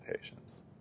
patients